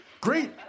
Great